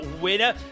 winner